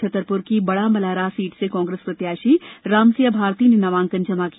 छतरपुर की बड़ामलहारा सीट से कांग्रेस प्रत्याशी रामसिया भारती ने नामांकन जमा किया